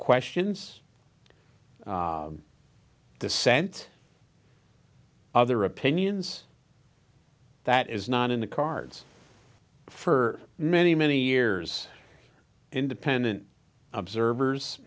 questions dissent other opinions that is not in the cards for many many years independent observers